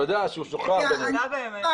תודה שהוא שוחרר באמת.